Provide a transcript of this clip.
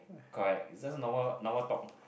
correct it's just a normal normal talk